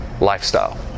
lifestyle